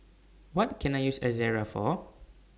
What Can I use Ezerra For